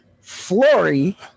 Flory